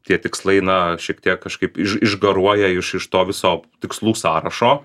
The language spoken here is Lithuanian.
tie tikslai na šiek tiek kažkaip išgaruoja iš iš to viso tikslų sąrašo